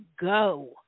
Go